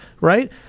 Right